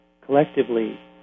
collectively